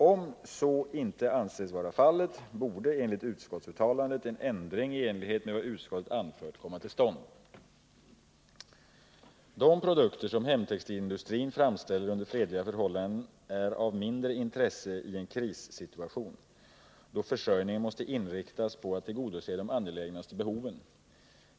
Om så inte anses vara fallet, borde enligt utskottsuttalandet en ändring i enlighet med vad utskottet anfört komma till stånd. De produkter som hemtextilindustrin framställer under fredliga förhållanden är av mindre intresse i en krissituation, då försörjningen måste inriktas på att tillgodose de angelägnaste behoven.